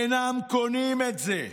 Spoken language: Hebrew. אינם קונים את זה.